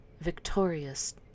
victorious